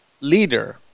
leader